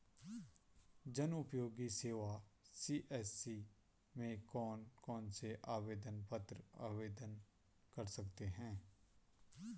जनउपयोगी सेवा सी.एस.सी में कौन कौनसे आवेदन पत्र आवेदन कर सकते हैं?